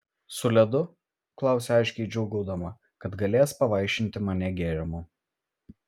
su ledu klausia aiškiai džiūgaudama kad galės pavaišinti mane gėrimu